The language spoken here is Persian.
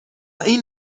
این